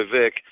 Vic